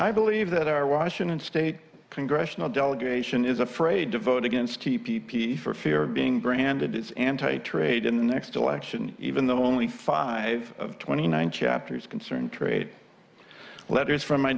i believe that our washington state congressional delegation is afraid to vote against t p for fear of being branded its anti trade in the next election even though only five of twenty nine chapters concerned trade letters from my